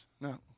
No